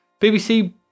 BBC